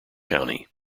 county